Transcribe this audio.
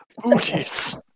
booties